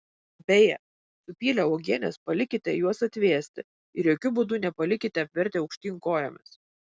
beje supylę uogienes palikite juos atvėsti ir jokiu būdu nepalikite apvertę aukštyn kojomis